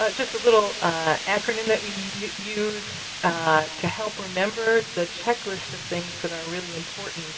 ah just a little acronym that we use to help remember the checklist of things that are really important